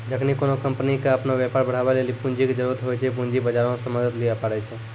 जखनि कोनो कंपनी के अपनो व्यापार बढ़ाबै लेली पूंजी के जरुरत होय छै, पूंजी बजारो से मदत लिये पाड़ै छै